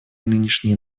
нынешние